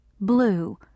blue